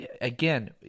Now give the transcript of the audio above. again